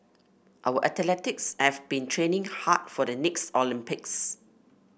our athletes have been training hard for the next Olympics